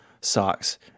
socks